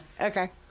Okay